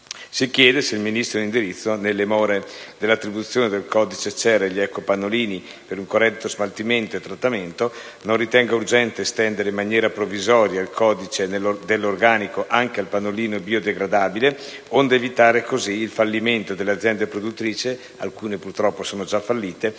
Si chiede se il Ministro in indirizzo, nelle more dell'attribuzione del codice CER egli ecopannolini per un corretto smaltimento e trattamento, non ritenga urgente estendere in maniera provvisoria il codice dell'organico anche al pannolino biodegradabile, onde evitare così il fallimento delle aziende produttrici - alcune purtroppo sono già fallite